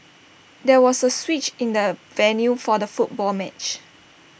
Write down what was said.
there was A switch in the venue for the football match